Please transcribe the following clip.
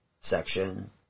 Section